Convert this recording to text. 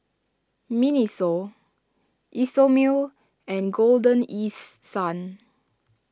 Miniso Isomil and Golden East Sun